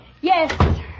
Yes